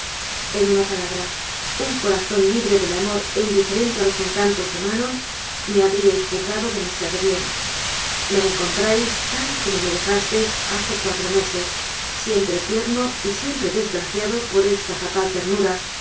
en una palabra un corazón libre del amor e indife rente a los encantos de manon me habríais juz gado demasiado bien me encontráis tal y como me dejasteis hace cuatro meses siempre tierno y siempre desgraciado por esta fatal ternura